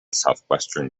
southwestern